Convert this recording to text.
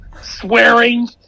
swearing